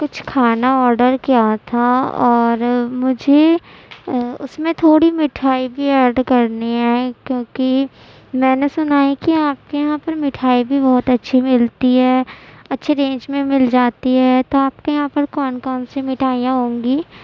کچھ کھانا آڈر کیا تھا اور مجھے اس میں تھوڑی مٹھائی بھی ایڈ کرنی ہے کیونکہ میں نے سنا ہے کہ آپ کے یہاں پر مٹھائی بھی بہت اچھی ملتی ہے اچھی رینج میں مل جاتی ہے تو آپ کے یہاں پر کون کون سی مٹھائیاں ہوں گی